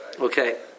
Okay